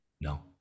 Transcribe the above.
no